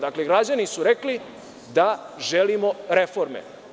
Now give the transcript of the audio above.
Dakle, građani su rekli da želimo reforme.